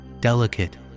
delicate